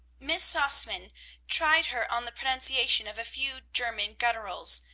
miss sausmann tried her on the pronunciation of a few german gutturals,